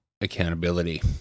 accountability